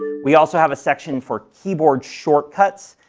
we also have a section for keyboard shortcuts,